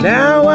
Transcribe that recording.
Now